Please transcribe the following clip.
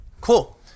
Cool